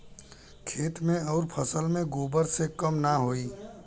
खेत मे अउर फसल मे गोबर से कम ना होई?